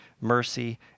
mercy